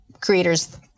creators